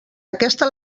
aquesta